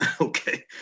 Okay